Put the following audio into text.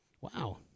Wow